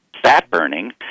Fat-burning